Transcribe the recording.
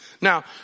Now